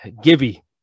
Gibby